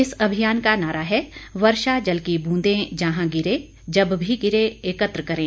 इस अभियान का नारा है वर्षा जल की बूंदे जहां गिरे जब भी गिरे एकत्र करें